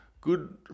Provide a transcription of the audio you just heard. good